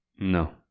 No